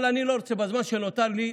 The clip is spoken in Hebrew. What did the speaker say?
אבל בזמן שנותר לי,